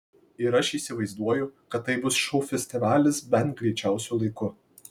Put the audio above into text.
ir aš įsivaizduoju kad tai bus šou festivalis bent greičiausiu laiku